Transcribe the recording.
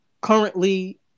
currently